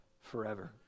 forever